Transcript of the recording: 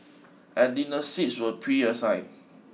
at dinner seats were preassigned